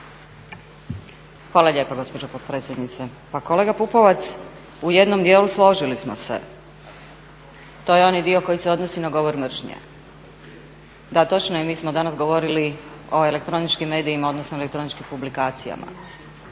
Hvala lijepa gospođo potpredsjednice. Pa kolega Pupovac, u jednom dijelu složili smo se, to je onaj dio koji se odnosi na govor mržnje. Da, točno je mi smo danas govorili o elektroničkim medijima, odnosno elektroničkim publikacijama.